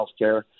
healthcare